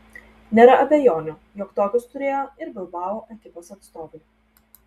nėra abejonių jog tokius turėjo ir bilbao ekipos atstovai